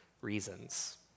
reasons